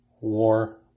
war